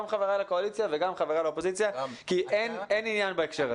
חבריי לקואליציה וגם חברי לאופוזיציה כי אין עניין בהקשר הזה.